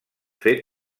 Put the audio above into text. fer